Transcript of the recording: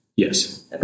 Yes